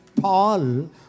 Paul